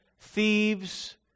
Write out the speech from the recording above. thieves